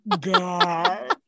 god